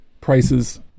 prices